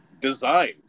designed